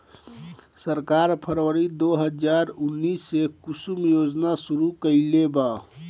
सरकार फ़रवरी दो हज़ार उन्नीस में कुसुम योजना शुरू कईलेबा